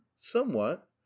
somewhat